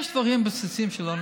יש דברים בסיסיים שלא,